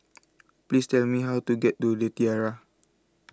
Please Tell Me How to get to The Tiara